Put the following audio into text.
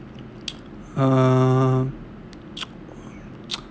uh